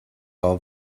all